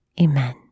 Amen